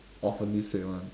oftenly said [one]